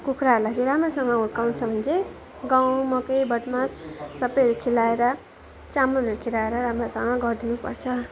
कुखुराहरूलाई चाहिँ राम्रोसँग हुर्काउनु छ भने चाहिँ गहुँ मकै भटमास सबैहरू खिलाएर चामलहरू खिलाएर राम्रोसँग गरिदिनुपर्छ